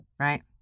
Right